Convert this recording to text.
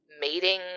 mating